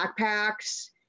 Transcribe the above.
backpacks